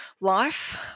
life